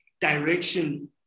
direction